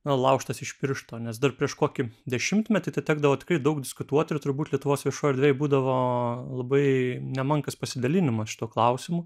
laužtas iš piršto nes dar prieš kokį dešimtmetį tekdavo daug diskutuoti ir turbūt lietuvos viešojoj erdvėj būdavo labai nemenkas pasidalinimas šituo klausimu